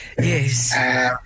Yes